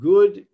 Good